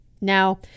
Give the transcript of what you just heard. Now